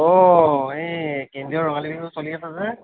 অ এই কেন্দ্ৰীয় ৰঙালী বিহু চলি আছে যে